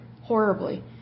horribly